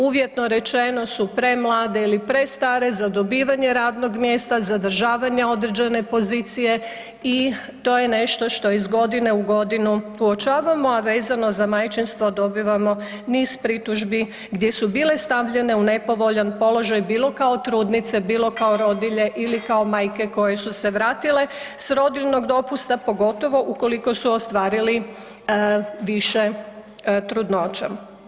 Uvjetno rečeno su premlade ili prestare za dobivanje radnog mjesta, zadržavanje određene pozicije i to je nešto što iz godine u godinu uočavamo, a vezano za majčinstvo dobivamo niz pritužbi gdje su bile stavljene u nepovoljan položaj bilo kao trudnice, bilo kao rodilje ili kao majke koje su se vratile s rodiljnog dopusta pogotovo ukoliko su ostvarili više trudnoća.